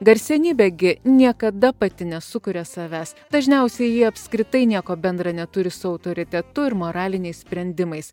garsenybė gi niekada pati nesukuria savęs dažniausiai ji apskritai nieko bendra neturi su autoritetu ir moraliniais sprendimais